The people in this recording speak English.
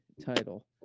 title